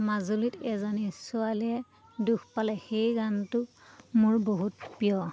মাজুলীত এজনী ছোৱালীয়ে দুখ পালে সেই গানটো মোৰ বহুত প্ৰিয়